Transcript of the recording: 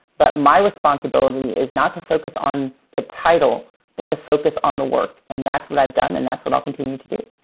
but my responsibility is not to focus on the title but to focus on the work. and that's what i've done, and that's what i'll continue to do.